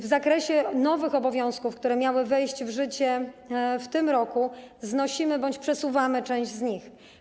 W zakresie nowych obowiązków, które miały wejść w życie w tym roku, znosimy je bądź przesuwamy część z nich.